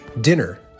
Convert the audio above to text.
Dinner